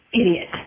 idiot